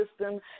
system